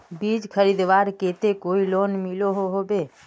बीज खरीदवार केते कोई लोन मिलोहो होबे?